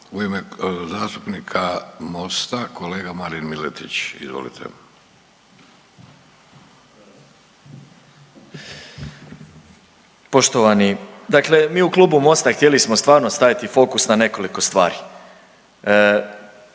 Kluba zastupnika MOST-a kolega Marin Miletić, izvolite. **Miletić, Marin (MOST)** Poštovani, dakle mi u Klubu MOST-a htjeli smo stvarno staviti fokus na nekoliko stvari.